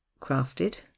crafted